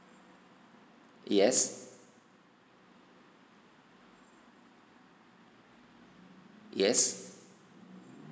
yes yes